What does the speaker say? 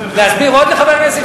להסביר עוד לחבר הכנסת שטרית?